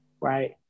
right